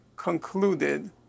concluded